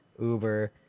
Uber